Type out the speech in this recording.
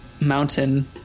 mountain